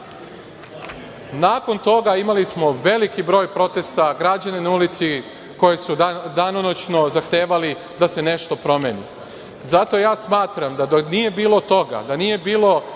krađa. Nakon toga imali smo veliki broj protesta građana na ulici koji su danonoćno zahtevali da se nešto promeni. Zato ja smatram da nije bilo toga, da nije bilo